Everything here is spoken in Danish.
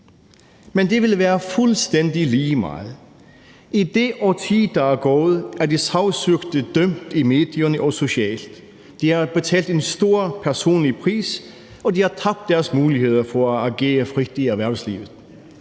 men det ville være fuldstændig lige meget. I det årti, der er gået, er de sagsøgte dømt i medierne og socialt. De har betalt en stor personlig pris, og de har tabt deres muligheder for at agere frit i erhvervslivet.